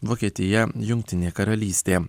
vokietija jungtinė karalystė